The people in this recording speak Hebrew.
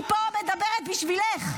אני פה מדברת בשבילך.